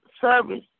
service